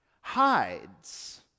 hides